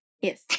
Yes